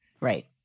Right